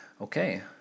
Okay